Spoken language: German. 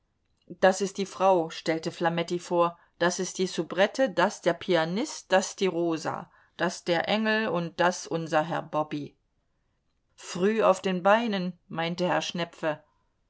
das ist die frau stellte flametti vor das ist die soubrette das der pianist das die rosa das der engel und das unser herr bobby früh auf den beinen meinte herr schnepfe